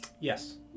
Yes